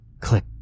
click